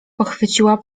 pochwyciła